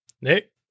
Nick